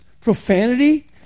profanity